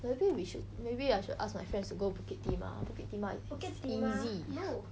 maybe we should maybe I should ask my friends to go bukit timah bukit timah is easy